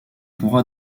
pourra